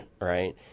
right